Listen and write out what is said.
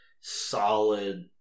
solid